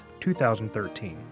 2013